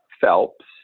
Phelps